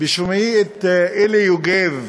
בשומעי את מוטי יוגב,